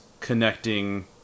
connecting